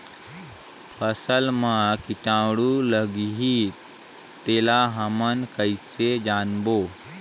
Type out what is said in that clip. फसल मा कीटाणु लगही तेला हमन कइसे जानबो?